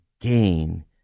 gain